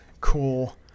cool